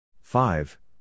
Five